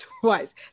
twice